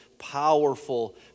powerful